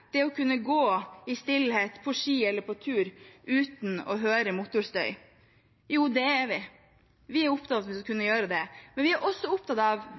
det å kunne gå i stillhet på ski eller på tur uten å høre motorstøy. Jo, det er vi, vi er opptatt av å kunne gjøre det, men vi er også opptatt av